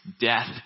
death